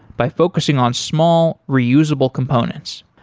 by focusing on small, reusable components.